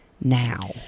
now